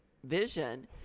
vision